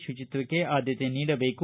ಶುಚಿತ್ತಕ್ಕೆ ಆದ್ಯತೆ ನೀಡಬೇಕು